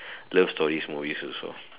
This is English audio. love stories movies also